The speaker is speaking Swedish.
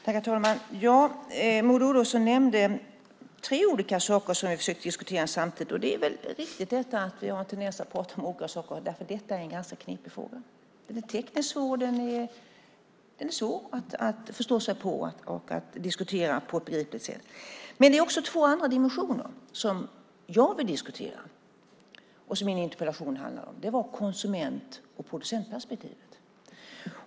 Herr talman! Maud Olofsson nämnde tre olika saker som vi försöker diskutera samtidigt, och det är väl riktigt att vi har en tendens att prata om olika saker, därför att detta är en ganska knepig fråga. Den är tekniskt svår, den är svår att förstå sig på och att diskutera på ett begripligt sätt. Men det är också två andra dimensioner som jag vill diskutera och som min interpellation handlar om. Det var konsument och producentperspektivet.